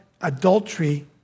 adultery